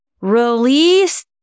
Release